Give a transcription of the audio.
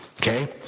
Okay